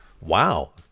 wow